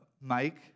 Mike